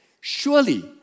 Surely